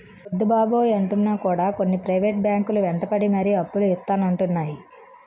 వద్దు బాబోయ్ అంటున్నా కూడా కొన్ని ప్రైవేట్ బ్యాంకు లు వెంటపడి మరీ అప్పులు ఇత్తానంటున్నాయి